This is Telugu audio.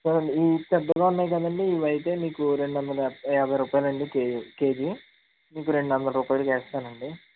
చూడండి ఇవి పెద్దగా ఉన్నాయి కదండి ఇవి అయితే మీకు రెండు వందల యా యాభై రూపాయలు అండి కేజీ కేజీ మీకు రెండు వందలు రూపాయలకు వేస్తానండి